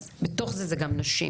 אז בתוך זה זה גם נשים.